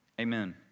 amen